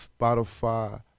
Spotify